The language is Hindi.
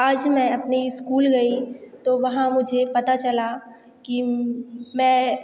आज मैं अपने स्कूल गई तो वहाँ मुझे पता चला कि में मैं